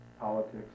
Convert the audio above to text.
politics